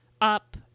up